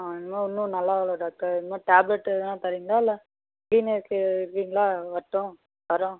ஆ இன்னும் இன்னும் நல்லா ஆவலை டாக்டர் இன்னும் டேப்லெட் எதுன்னா தரிங்ளா இல்லை கிளீனிக்கு இருக்கிங்களா வரட்டும் வரோம்